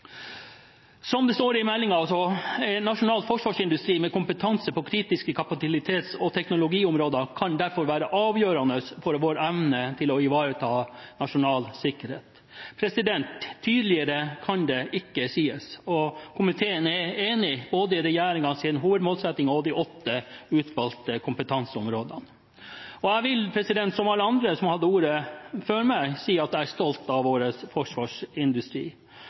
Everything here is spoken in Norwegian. Som det står i meldingen: «En nasjonal forsvarsindustri med kompetanse på kritiske kapabilitets- og teknologiområder kan derfor være avgjørende for vår evne til å ivareta nasjonal sikkerhet.» Tydeligere kan det ikke sies, og komiteen er enig både i regjeringens hovedmålsetting og de åtte utvalgte kompetanseområdene. Jeg vil, som alle andre som har hatt ordet før meg, si at jeg er stolt av vår forsvarsindustri.